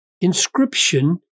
inscription